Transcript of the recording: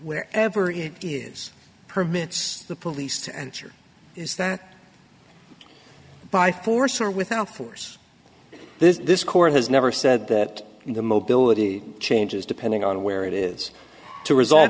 answer is that by force or without force this court has never said that the mobility changes depending on where it is to resolve